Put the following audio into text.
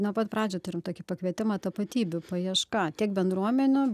nuo pat pradžių turim tokį pakvietimą tapatybių paieška tiek bendruomenių